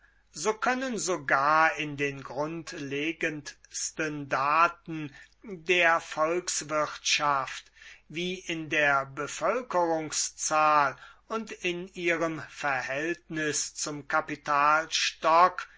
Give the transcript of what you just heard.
so können sogar in den grundlegendsten daten der volkswirtschaft wie in der bevölkerungszahl und in ihrem verhältnis zum kapitalstock